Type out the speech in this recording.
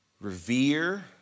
revere